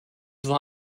war